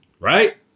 right